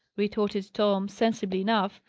retorted tom, sensibly enough,